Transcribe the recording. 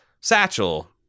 Satchel